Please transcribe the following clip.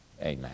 Amen